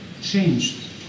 changed